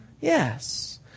Yes